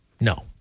No